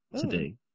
today